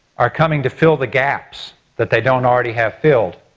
are coming to fill the gaps that they don't already have filled.